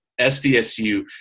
sdsu